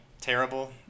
terrible